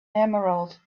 emerald